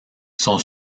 son